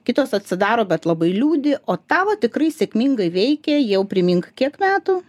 kitos atsidaro bet labai liūdi o tavo tikrai sėkmingai veikia jau primink kiek metų